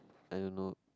I don't know